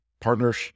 partners